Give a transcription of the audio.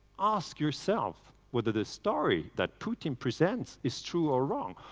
ask yourself whether the story that putin presents is true or wrong,